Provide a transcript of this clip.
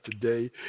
today